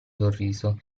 sorriso